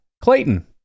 Clayton